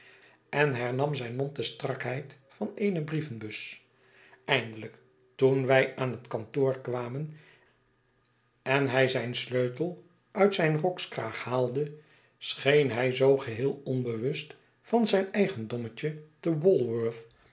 en hernam zijn mond de strakheid van eene brievenbus eindelijk toen wij aan het kantoor kwamen en hij zij sleutel uit zijn rokskraag haalde scheen hij zoo geheel onbewust van zijn eigendommetje te